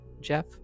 Jeff